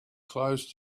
closed